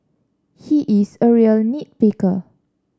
he is a real nit picker